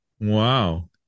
Wow